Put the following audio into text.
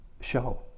show